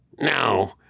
no